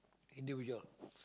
individual